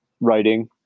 writing